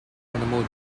animal